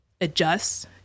adjust